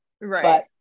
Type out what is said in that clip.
Right